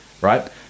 right